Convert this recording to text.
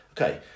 Okay